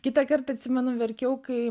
kitąkart atsimenu verkiau kai